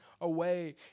away